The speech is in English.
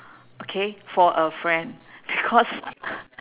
okay for a friend because